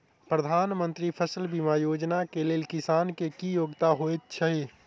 प्रधानमंत्री फसल बीमा योजना केँ लेल किसान केँ की योग्यता होइत छै?